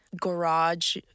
garage